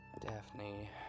Daphne